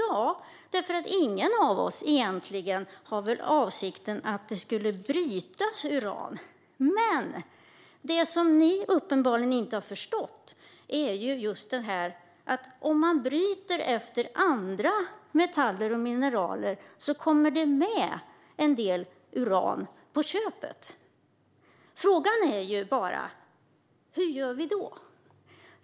Ja, så är det för ingen av oss har väl egentligen avsikten att det skulle brytas uran. Men vad ni uppenbarligen inte har förstått är att om man bryter andra metaller och mineraler kommer en del uran med på köpet. Frågan är bara vad vi gör då.